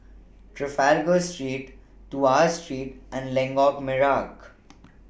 Trafalgar Street Tuas Street and Lengkok Merak